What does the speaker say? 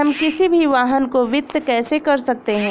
हम किसी भी वाहन को वित्त कैसे कर सकते हैं?